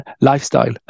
lifestyle